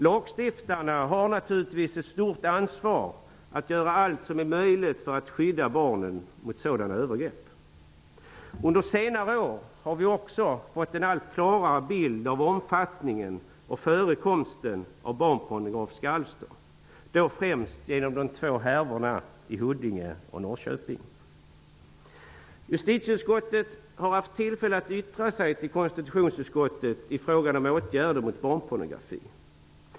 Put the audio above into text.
Lagstiftarna har naturligtvis ett stort ansvar för att göra allt som är möjligt för att skydda barnen mot sådana övergrepp. Under senare år har vi också fått en allt klarare bild av omfattningen och förekomsten av barnpornografiska alster, främst genom härvorna i Huddinge och Norrköping. Justitieutskottet har haft tillfälle att yttra sig till konstitutionsutskottet i frågan om åtgärder mot barnpornografi.